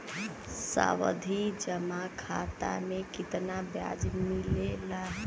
सावधि जमा खाता मे कितना ब्याज मिले ला?